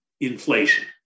inflation